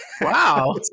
Wow